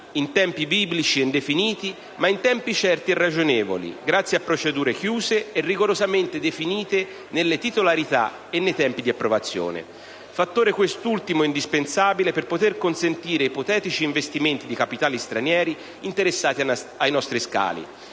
in tempi biblici e indefiniti, ma in tempi certi e ragionevoli, grazie a procedure chiuse e rigorosamente definite nelle titolarità e nei tempi di approvazione, fattore quest'ultimo indispensabile per poter consentire ipotetici investimenti di capitali stranieri interessati ai nostri scali